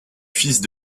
fils